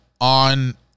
on